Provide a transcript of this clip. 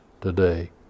today